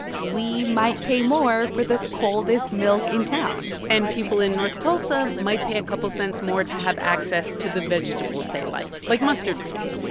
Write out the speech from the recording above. we might pay more for the coldest milk in town and people in north tulsa might pay a couple cents more to have access to the vegetables they like, like mustard greens.